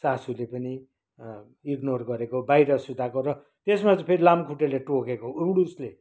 सासुले पनि इग्नोर गरेको बाहिर सुताएको र त्यसमा फेरि लामखुट्टेले टोकेको उडुसले